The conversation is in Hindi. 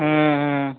हाँ हाँ